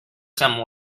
some